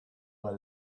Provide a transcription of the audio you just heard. were